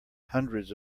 hundreds